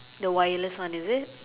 the wireless one is it